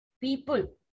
people